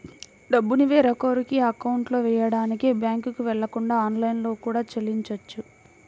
డబ్బుని వేరొకరి అకౌంట్లో వెయ్యడానికి బ్యేంకుకి వెళ్ళకుండా ఆన్లైన్లో కూడా చెల్లించొచ్చు